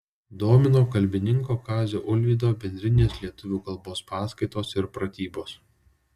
domino kalbininko kazio ulvydo bendrinės lietuvių kalbos paskaitos ir pratybos